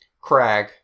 Crag